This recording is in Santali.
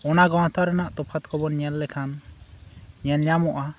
ᱚᱱᱟ ᱜᱟᱶᱛᱟᱠᱩ ᱨᱮᱱᱟᱜ ᱛᱚᱯᱷᱟᱛ ᱠᱚᱵᱚᱱ ᱧᱮᱞ ᱞᱮᱠᱷᱟᱱ ᱧᱮᱞ ᱧᱟᱢᱚᱜᱼᱟ